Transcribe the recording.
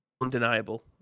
undeniable